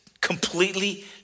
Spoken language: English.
completely